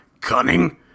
cunning